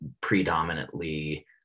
predominantly